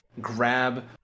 grab